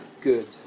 good